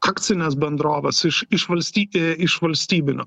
akcines bendroves iš iš valstyti iš valstybinio